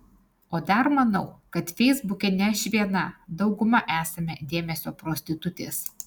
o dar manau kad feisbuke ne aš viena dauguma esame dėmesio prostitutės